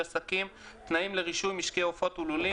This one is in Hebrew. שלום לכולם.